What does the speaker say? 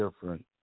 different